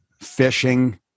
fishing